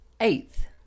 eighth